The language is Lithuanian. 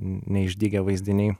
neišdygę vaizdiniai